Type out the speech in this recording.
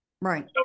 Right